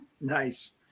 nice